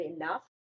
enough